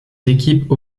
équipes